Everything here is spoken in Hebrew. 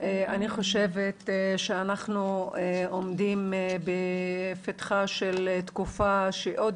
אני חשובת שאנחנו עומדים בפתחה של תקופה שעוד